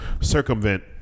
circumvent